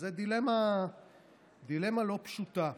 זו דילמה לא פשוטה.